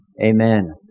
Amen